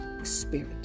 spirit